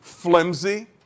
Flimsy